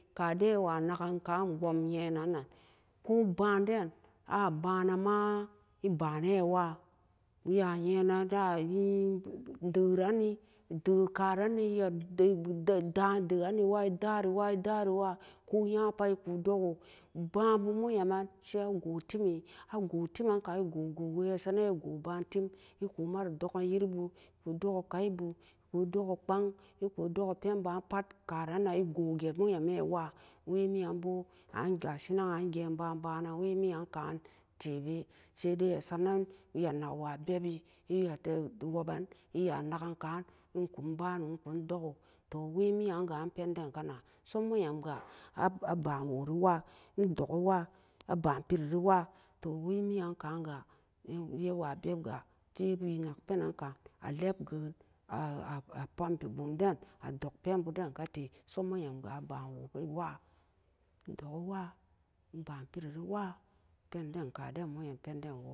Ka den e wa naken ka e gbom yee nan na'a koo ban den a ba ne ma'a e ba ne wa'a we a yee nen da yee da'ng ran nee da'ng ka ran ne e ma da nee wa'a e ma daa ni wa'a e da ree wa'a ko nya pat kun doo ko ba'an boo moyam man sai a goo tee mie-a goo tee meen ka a goo-goo boo ma saa reen nen goo ba'an teem ai kum ma ru doken yeree boo kun doko ka'ie boo kun doko phank e kun doko pen ba pat karan nane goo je ree wa'a wee ma'an boo an ga'a shinan an gen ba banen nen wee mi'an tee bee sai dai a sa nen wee a nak wa'a bee bi wee a te woben e an naken kan e kun ba noo kun doo ko to wee mi'an ga an pen de ka na'an so muyem ga a ba'an woo ree wa'a e doke wa'a a ban peree e wa'a toh wee mian ka ga wee a waa beeb ga sai wee nak penan ka a lep ga'an a pampee boom den a doog penboo den a doog pen boo den ne ka tee so mo'yam ga a baa woo ree wa'a e ban peri re wa'a pen den ka den mo'yam pen den